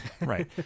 Right